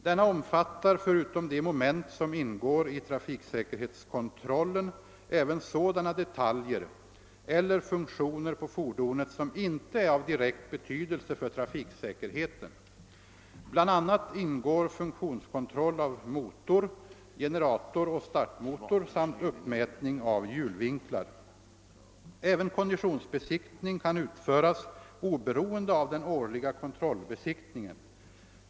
Denna omfattar förutom de moment som ingår i trafik säkerhetskontrollen även sådana detaljer eller funktioner på fordonet som inte är av direkt betydelse för trafiksäkerheten. Bl.a. ingår funktionskontroll av motor, generator och startmotor samt uppmätning av hjulvinklar. Även konditionsbesiktning kan utföras oberoende av den årliga kontrollbesiktningen.